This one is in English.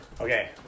Okay